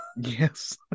Yes